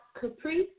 Caprice